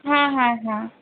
হ্যাঁ হ্যাঁ হ্যাঁ